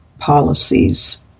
Policies